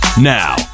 Now